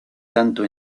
tanto